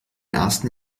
ersten